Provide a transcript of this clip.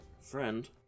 friend